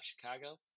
Chicago